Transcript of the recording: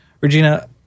Regina